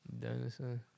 Dinosaur